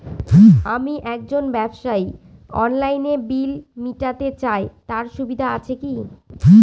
আমি একজন ব্যবসায়ী অনলাইনে বিল মিটাতে চাই তার সুবিধা আছে কি?